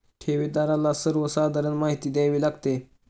ठेवीदाराला सर्वसाधारण माहिती द्यावी लागते